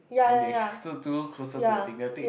then they to go closer to the thing they'll take